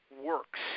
works